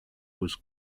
was